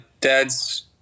Dads